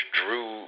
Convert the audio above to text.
drew